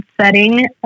setting